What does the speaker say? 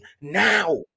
now